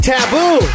Taboo